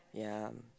ya